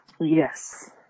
Yes